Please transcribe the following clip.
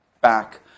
back